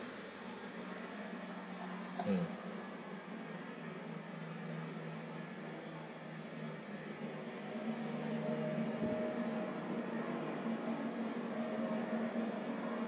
mm